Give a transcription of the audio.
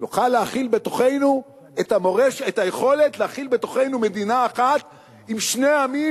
נוכל להכיל בתוכנו את היכולת להכיל בתוכנו מדינה אחת עם שני עמים,